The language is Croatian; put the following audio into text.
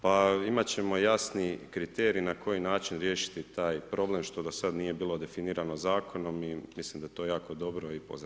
Pa imat ćemo jasni kriterij na koji način riješiti taj problem što do sada nije bilo definirano zakonom i mislim da je to jako dobro i pozdravljam.